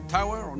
Tower